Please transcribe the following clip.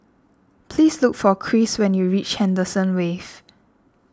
please look for Chris when you reach Henderson Wave